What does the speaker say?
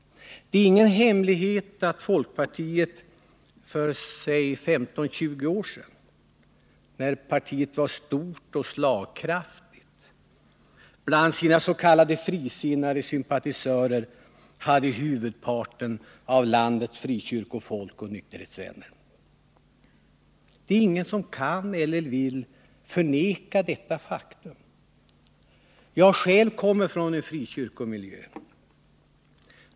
Det är ingen hemlighet att folkpartiet för 15-20 år sedan, när partiet var stort och slagkraftigt, bland sina s.k. frisinnade sympatisörer hade huvudparten av landets frikyrkofolk och nykterhetsvänner. Ingen kan eller vill förneka detta faktum. Jag själv kommer från en frikyrkomiljö.